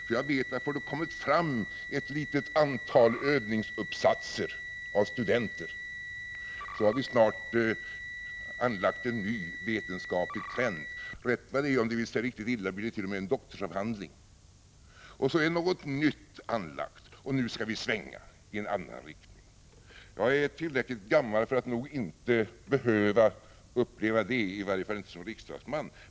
Och jag vet att har det kommit fram ett litet antal övningsuppsatser av studenter, så har det snart införts en ny vetenskaplig trend. Om det vill sig riktigt illa blir det, rätt vad det är, t.o.m. en doktorsavhandling. Så har det alltså kommit någonting nytt, och vi skall svänga i en annan riktning. Jag tror att jag är tillräckligt gammal för att inte behöva uppleva det här, i varje fall inte som riksdagsman.